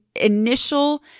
initial